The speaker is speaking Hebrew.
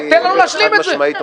תן לנו להשלים את זה.